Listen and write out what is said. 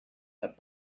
that